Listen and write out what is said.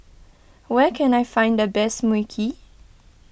where can I find the best Mui Kee